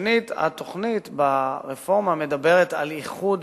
שנית, התוכנית ברפורמה מדברת על איחוד